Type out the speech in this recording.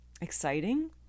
exciting